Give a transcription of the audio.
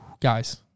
Guys